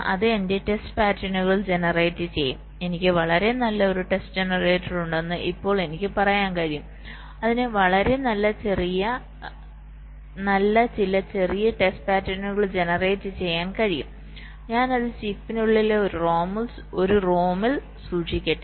അത് എന്റെ ടെസ്റ്റ് പാറ്റേണുകൾ ജനറേറ്റ് ചെയ്യും എനിക്ക് വളരെ നല്ല ഒരു ടെസ്റ്റ് ജനറേറ്റർ ഉണ്ടെന്ന് ഇപ്പോൾ എനിക്ക് പറയാൻ കഴിയും അതിന് വളരെ നല്ല ചില ചെറിയ ടെസ്റ്റ് പാറ്റേണുകൾ ജനറേറ്റ് ചെയ്യാൻ കഴിയും ഞാൻ അത് ചിപ്പിനുള്ളിലെ ഒരു റോമിൽ സൂക്ഷിക്കട്ടെ